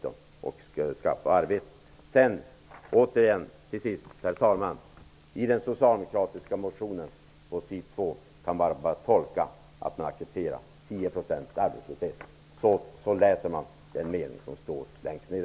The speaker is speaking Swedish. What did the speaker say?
Till sist, herr talman, återigen: I den socialdemokratiska motionen på sid. 2 kan man bara tolka att de accepterar tio procents arbetslöshet. Så läser man den mening som står längst ned.